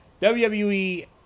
wwe